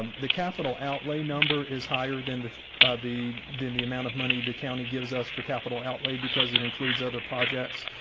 um the capital outlay number is higher than the the than the amount of money the county gives us for capital outlay because it includes other projects.